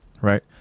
right